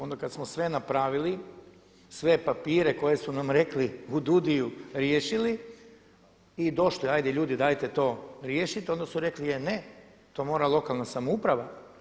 Onda kad smo sve napravili, sve papire koje su nam rekli u DUUDI-u riješili i došli, ajde ljudi dajte to riješite onda su rekli e ne to mora lokalna samouprava.